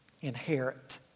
inherit